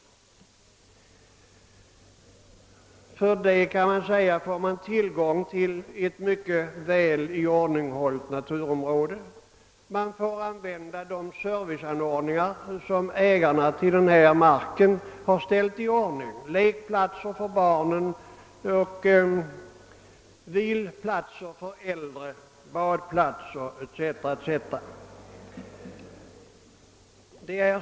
För denna avgift får man tillgång till ett mycket väl iordninghållet naturområde. Man får använda de serviceanordningar som ägarna till marken iordningställt, lekplatser för barnen och viloplatser för äldre, badplatser etc.